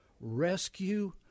rescue